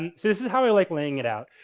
and this is how i like laying it out.